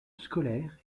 scolaire